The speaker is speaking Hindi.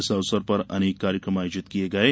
इस अवसर पर अनेक कार्यकम आयोजित किये किये